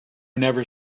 never